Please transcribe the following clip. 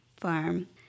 farm